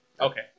Okay